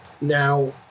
Now